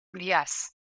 Yes